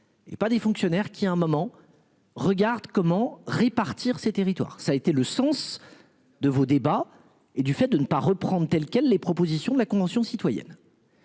Et pas des fonctionnaires qui à un moment. Regarde comment répartir ses territoires. Ça a été le sens de vos débats et du fait de ne pas reprendre telles quelles les propositions de la Convention citoyenne.